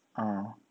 uh